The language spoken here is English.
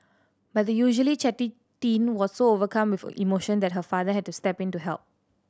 but the usually chatty teen was so overcome with a emotion that her father had to step in to help